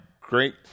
great